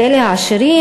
ואלה העשירים,